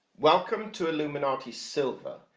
welcome to illuminati silver,